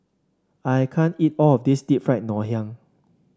I can't eat all of this Deep Fried Ngoh Hiang